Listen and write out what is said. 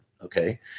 Okay